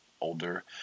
older